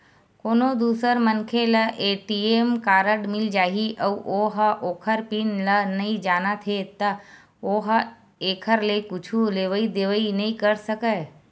कोनो दूसर मनखे ल ए.टी.एम कारड मिल जाही अउ ओ ह ओखर पिन ल नइ जानत हे त ओ ह एखर ले कुछु लेवइ देवइ नइ कर सकय